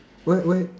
where where